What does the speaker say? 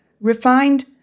refined